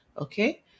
okay